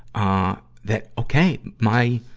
ah, that, okay, my,